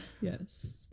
Yes